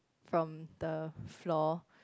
from the floor